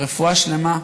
רפואה שלמה.